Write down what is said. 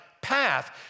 path